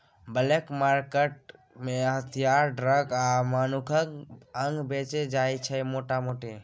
black market मे हथियार, drug आ मनुखक अंग बेचल जाइ छै मोटा मोटी